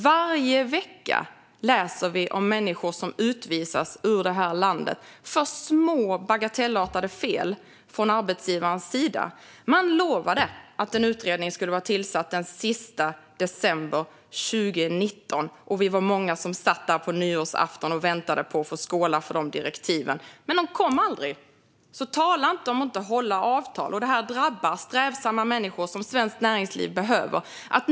Varje vecka läser vi om människor som utvisas ur det här landet för små bagatellartade fel från arbetsgivarens sida. Man lovade att en utredning skulle vara tillsatt den sista december 2019. Vi var många som satt där på nyårsafton och väntade på att få skåla för de direktiven. Men de kom aldrig, så tala inte om att inte hålla avtal! Det här drabbar strävsamma människor som svenskt näringsliv behöver.